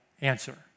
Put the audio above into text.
answer